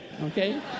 Okay